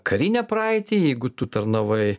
karinę praeitį jeigu tu tarnavai